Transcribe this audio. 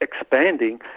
expanding